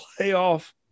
playoff